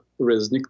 Resnick